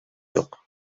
жок